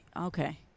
okay